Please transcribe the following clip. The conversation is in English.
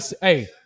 Hey